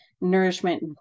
nourishment